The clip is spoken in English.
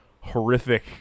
horrific